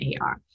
AR